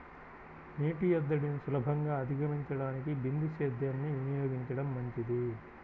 నీటి ఎద్దడిని సులభంగా అధిగమించడానికి బిందు సేద్యాన్ని వినియోగించడం మంచిది